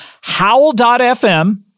howl.fm